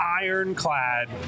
ironclad